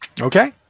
Okay